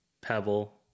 Pebble